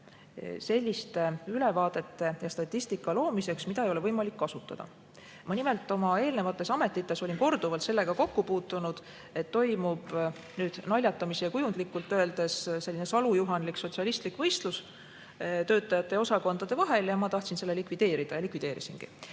seda ülevaadete ja statistika loomiseks, mida ei ole võimalik kasutada. Nimelt, oma eelnevates ametites olin korduvalt kokku puutunud sellega, et toimub – nüüd naljatamisi ja kujundlikult öeldes – selline salujuhanlik sotsialistlik võistlus töötajate ja osakondade vahel. Ma tahtsin selle likvideerida ja likvideerisingi.